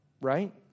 Right